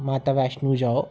माता वैष्णो जाओ